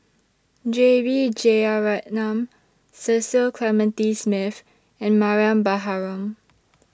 J B Jeyaretnam Cecil Clementi Smith and Mariam Baharom